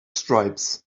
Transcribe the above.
stripes